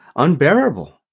Unbearable